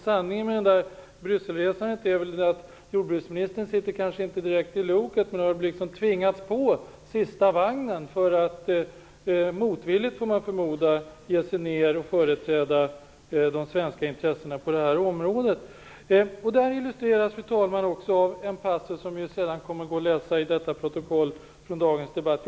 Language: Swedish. Sanningen om Brysselresan är väl den att jordbruksministern inte direkt sitter i loket utan har tvingats upp på sista vagnen för att motvilligt, får man förmoda, företräda de svenska intressena på det här området. Detta illustrerar, fru talman, också en passus som sedan kommer att kunna läsas i protokollet från dagens debatt.